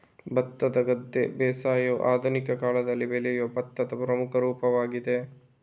ಭತ್ತದ ಗದ್ದೆ ಬೇಸಾಯವು ಆಧುನಿಕ ಕಾಲದಲ್ಲಿ ಬೆಳೆಯುವ ಭತ್ತದ ಪ್ರಮುಖ ರೂಪವಾಗಿದೆ